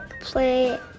play